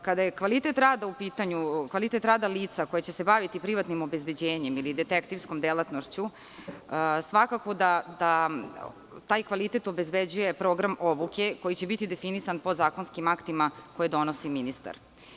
Kada je kvalitet rada u pitanju, kvalitet rada lica koja će se baviti privatnim obezbeđenjem ili detektivskom delatnošću svakako da taj kvalitet obezbeđuje program obuke koji će biti definisan podzakonskim aktima koje donosi ministar.